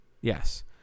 Yes